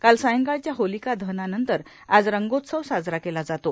काल सायंकाळच्या होलिका दहनानंतर आज रंगोत्सव साजरा केला जातो